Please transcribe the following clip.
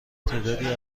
تعدادی